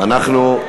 אנחנו,